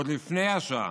עוד לפני השואה,